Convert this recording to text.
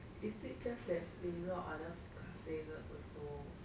is it just that flavour or other flavours also